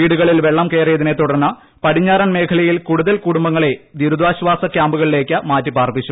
വീടുകളിൽ വെള്ളം കയറിയതിനെ തുടർന്ന് പടിഞ്ഞാറൻ മേഖലയിൽ കൂടുതൽ കുടുംബങ്ങളെ ദുരിതാശ്വാസ ക്യാമ്പുകളിലേയ്ക്ക് മാറ്റി പാർപ്പിച്ചു